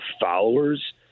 followers